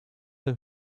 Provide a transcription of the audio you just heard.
der